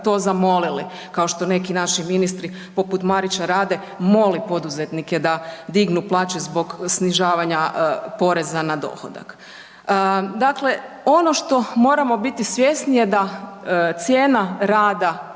to zamolili, kao što to neki naši ministre, poput Marića rade, moli poduzetnike da dignu plaće zbog snižavanja poreza na dohodak. Dakle, ono što moramo biti svjesni je da cijena rada